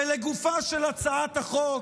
לגופה של הצעת החוק,